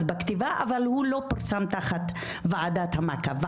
בכתיבה אבל הוא לא פורסם תחת ועדת המעקב.